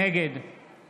נגד